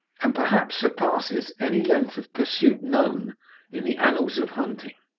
and perhaps surpasses any length of pursuit known in the annals of hunting.